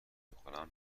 میخورم